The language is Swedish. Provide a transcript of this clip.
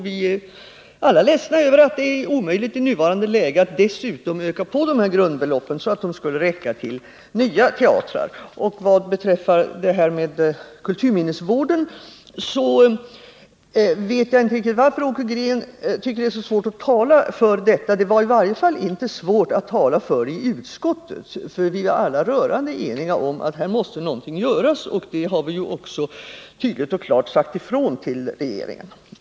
Vi är alla ledsna över att det är omöjligt i nuvarande läge att dessutom öka dessa grundbelopp så att de skulle räcka till nya teatrar. När det gäller frågan om kulturminnesvården så vet jag inte riktigt varför Åke Green tycker att det är svårt att tala för den. Det var i varje fall inte svårt att tala för den i utskottet, för vi var alla rörande eniga om att här måste någonting göras, och det har vi också tydligt och klart sagt till regeringen.